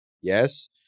Yes